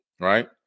right